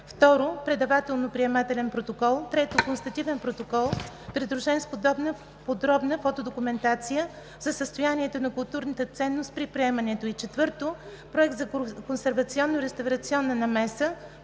2. предавателно-приемателен протокол; 3. констативен протокол, придружен с подробна фотодокументация за състоянието на културната ценност при приемането й; 4. проект за консервационно-реставрационна намеса;